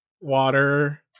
water